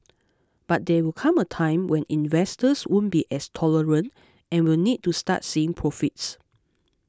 but there will come a time when investors won't be as tolerant and will need to start seeing profits